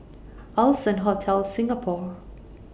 Allson Hotel Singapore